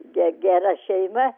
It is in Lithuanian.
ge gera šeima